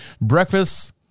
breakfast